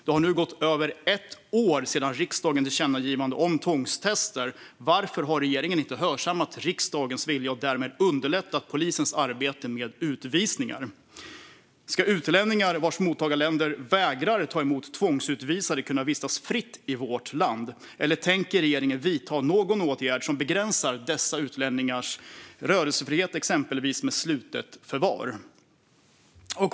Det har nu gått över ett år sedan riksdagens tillkännagivande om tvångstester. Varför har regeringen inte hörsammat riksdagens vilja och därmed underlättat polisens arbete med utvisningar? Ska utlänningar vars mottagarländer vägrar ta emot tvångsutvisade kunna vistas fritt i vårt land, eller tänker regeringen vidta någon åtgärd som begränsar dessa utlänningars rörelsefrihet, exempelvis med slutet förvar?